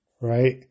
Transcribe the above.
right